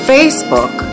Facebook